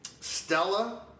Stella